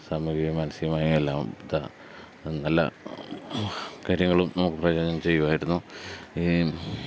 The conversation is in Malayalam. സാമൂഹിക മാനസികമായും എല്ലാം നല്ല കാര്യങ്ങളും നമുക്ക് പ്രയോജനം ചെയ്യുമായിരുന്നു